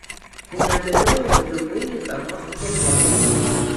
neabejoju kad ilgainiui ką nors sugalvosime